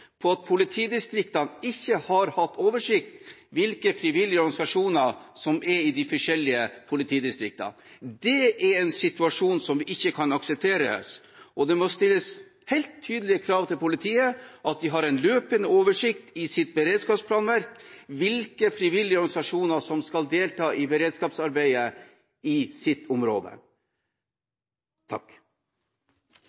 på at politidistriktene ikke har hatt oversikt over hvilke frivillige organisasjoner som finnes i de forskjellige politidistriktene. Det er en situasjon som vi ikke kan akseptere. Det må stilles helt tydelige krav til politiet om at de har en løpende oversikt i sitt beredskapsplanverk over hvilke frivillige organisasjoner som skal delta i beredskapsarbeidet i deres område.